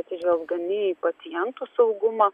atsižvelgdami į pacientų saugumą